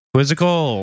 Quizzical